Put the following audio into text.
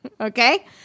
Okay